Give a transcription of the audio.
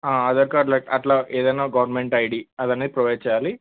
Aadhaar card అట్లా ఏదైనా government ID అది అనేది ప్రొవైడ్ చేయాలి